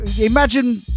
Imagine